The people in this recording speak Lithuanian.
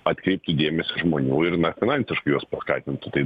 atkreiptų dėmesį žmonių ir na finansiškai juos paskatintų tai